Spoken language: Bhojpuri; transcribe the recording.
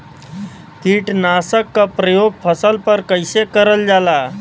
कीटनाशक क प्रयोग फसल पर कइसे करल जाला?